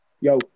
Yo